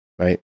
Right